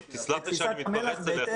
אני יודע לכסות את תפיסת מל"ח בהתאם